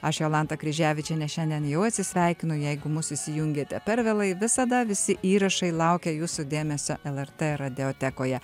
aš jolanta kryževičiene šiandien jau atsisveikino jeigu mus įsijungėte per vėlai visada visi įrašai laukia jūsų dėmesio lrt radiotekoje